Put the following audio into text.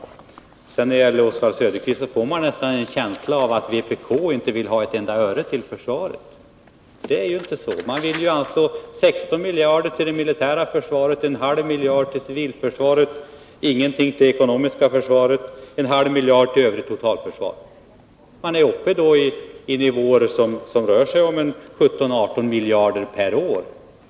Oswald Söderqvists uttalanden ger nästan intrycket, att vpk inte skulle vilja ha ett enda öre till försvaret. Det är ju inte så. Man vill anslå 16 miljarder till det militära försvaret, en halv miljard till civilförsvaret, ingenting till det ekonomiska försvaret, en halv miljard till övrigt totalförsvar. Man är då uppe i nivåer på 17—18 miljarder per år.